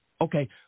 Okay